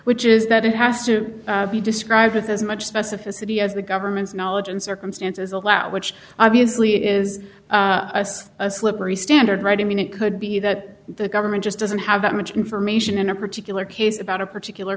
which is that it has to be described with as much specificity as the government's knowledge and circumstances allow which obviously is a slippery standard right i mean it could be that the government just doesn't have that much information in a particular case about a particular